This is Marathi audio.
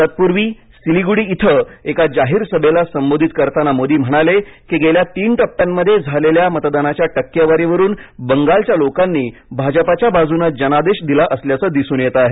तत्पूर्वी सिलिगुडी इथं एका जाहीर सभेला संबोधित करताना मोदी म्हणाले की गेल्या तीन टप्प्यांमध्ये झालेल्या मतदानाच्या टक्केवारीवरून बंगालच्या लोकांनी भाजपाच्या बाजूने जनादेश दिला असल्याचं दिसून येत आहे